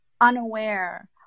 unaware